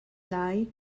lai